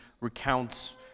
recounts